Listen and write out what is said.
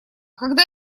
когда